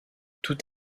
tout